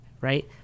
right